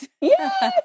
Yes